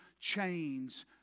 chains